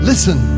Listen